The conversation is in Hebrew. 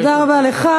תודה רבה לך.